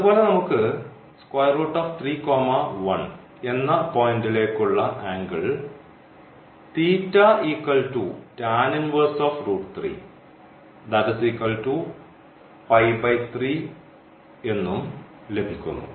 അതുപോലെ നമുക്ക് എന്ന പോയിൻറ്ലേക്ക്ഉള്ള ആംഗിൾ എന്നും ലഭിക്കുന്നു